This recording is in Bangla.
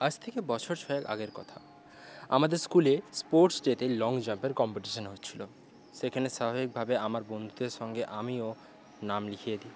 আজ থেকে বছর ছয়েক আগের কথা আমাদের স্কুলে স্পোর্টস ডেতে লং জাম্পের কম্পিটিশন হচ্ছিলো সেখানে স্বাভাবিকভাবে আমার বন্ধুদের সঙ্গে আমিও নাম লিখিয়ে দিই